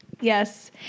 yes